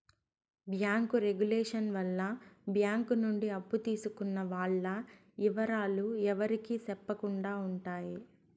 bank regulation వల్ల bank నుండి అప్పు తీసుకున్న వాల్ల ఇవరాలు ఎవరికి సెప్పకుండా ఉంటాయి